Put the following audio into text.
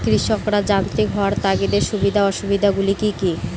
কৃষকরা যান্ত্রিক হওয়ার তাদের সুবিধা ও অসুবিধা গুলি কি কি?